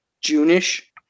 June-ish